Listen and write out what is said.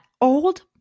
old